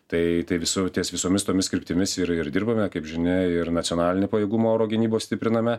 tai tai visų ties visomis tomis kryptimis ir ir dirbame kaip žinia ir nacionalinį pajėgumų oro gynybos stipriname